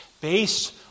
based